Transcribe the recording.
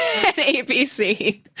ABC